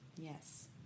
yes